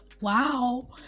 wow